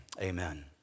amen